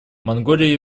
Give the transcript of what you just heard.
монголия